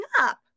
up